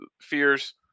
fears